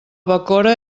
bacora